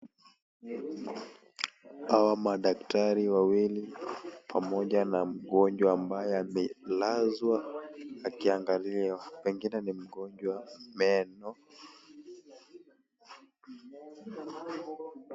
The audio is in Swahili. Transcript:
Hawa madaktari wawili pamoja na mgonjwa ambaye amelazwa akiangaliwa, pengine ni mgonjwa meno.